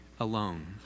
Alone